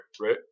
Right